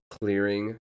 clearing